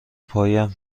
پایم